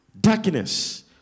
darkness